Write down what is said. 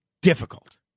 difficult